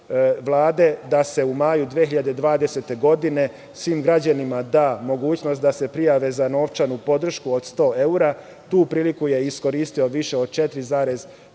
da se u maju 2020. godine svim građanima da mogućnost da se prijave za novčanu podršku od 100 evra. Tu priliku je iskoristilo više od 4,3